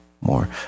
more